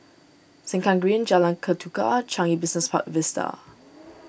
Sengkang Green Jalan Ketuka and Changi Business Park Vista